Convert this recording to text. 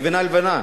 גבינה לבנה,